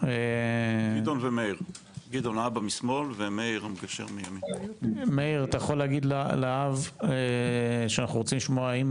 מאיר אתה יכול להגיד לאב שאנחנו רוצים לשמוע האם